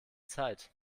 zeit